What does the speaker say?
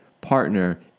partner